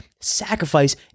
sacrifice